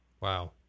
Wow